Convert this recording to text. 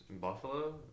Buffalo